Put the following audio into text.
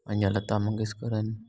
पंहिंजा लता मंगेशकर आहिनि